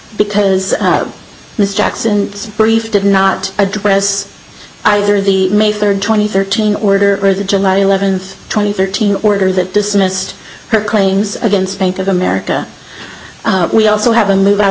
because miss jackson brief did not address either the may third twenty thirteen order or the july eleventh twenty thirteen order that dismissed her claims against bank of america we also have been moved out